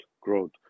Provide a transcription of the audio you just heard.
growth